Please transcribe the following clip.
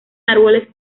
árboles